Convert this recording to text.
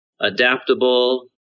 adaptable